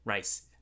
Rice